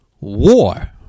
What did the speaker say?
War